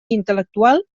intel·lectual